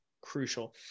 crucial